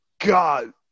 God